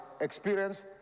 experience